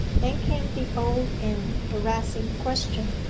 then came the old and harassing question,